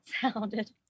sounded